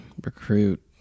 recruit